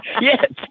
Yes